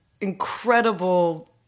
incredible